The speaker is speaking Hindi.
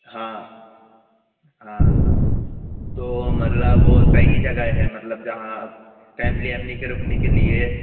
हाँ हाँ हाँ तो मतलब वो सही जगह है मतलब जहाँ फ़ैमली वैमलि के रुकने के लिए